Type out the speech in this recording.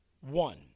one